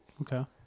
Okay